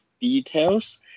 details